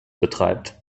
betreibt